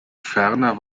ferner